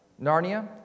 Narnia